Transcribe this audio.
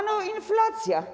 Ano inflacja.